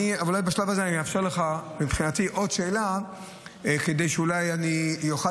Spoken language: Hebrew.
בשלב הזה אני אאפשר לך עוד שאלה כדי שאולי אוכל